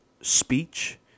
speech